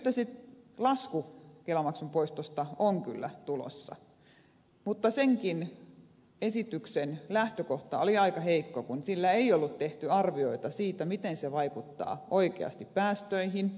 nyt lasku kelamaksun poistosta on kyllä tulossa mutta senkin esityksen lähtökohta oli aika heikko kun ei ollut tehty arvioita siitä miten se vaikuttaa oikeasti päästöihin